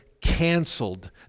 canceled